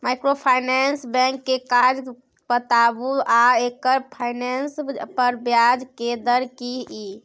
Microfinance bank के काज बताबू आ एकर फाइनेंस पर ब्याज के दर की इ?